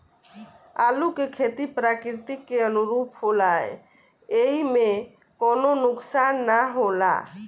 आलू के खेती प्रकृति के अनुरूप होला एइमे कवनो नुकसान ना होला